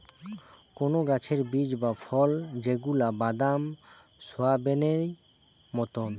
কোন গাছের বীজ বা ফল যেগুলা বাদাম, সোয়াবেনেই মতোন